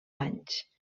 anys